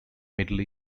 middle